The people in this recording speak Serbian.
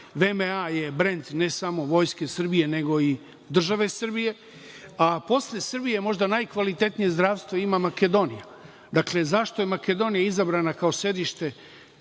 je brend, ne samo Vojske Srbije, nego i države Srbije. Posle Srbije, možda, najkvalitetnije zdravstvo ima Makedonija. Dakle, zašto je Makedonija izabrana kao sedište